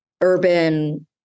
urban